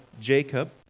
Jacob